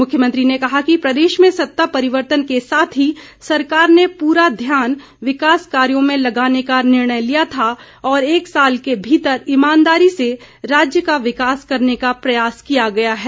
मुख्यमंत्री ने कहा कि प्रदेश में सत्ता परिवर्तन के साथ ही सरकार ने पूरा ध्यान विकास कार्यो में लगाने का निर्णय लिया था और एक साल के भीतर ईमानदारी से राज्य का विकास करने का प्रयास किया गया है